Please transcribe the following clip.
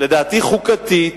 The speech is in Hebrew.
לדעתי חוקתית,